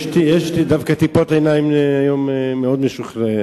יש דווקא טיפות עיניים היום מאוד משוכללות,